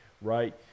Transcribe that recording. right